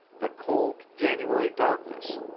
the cold january darkness,